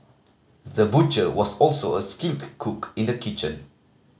the butcher was also a skilled cook in the kitchen